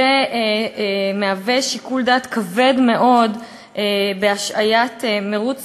זה מהווה שיקול דעת כבד מאוד בהשהיית מירוץ